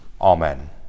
Amen